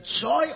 joy